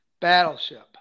Battleship